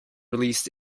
released